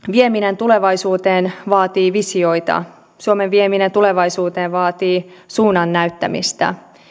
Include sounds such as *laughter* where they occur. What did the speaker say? *unintelligible* vieminen tulevaisuuteen vaatii visioita suomen vieminen tulevaisuuteen vaatii suunnan näyttämistä